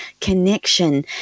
connection